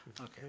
Okay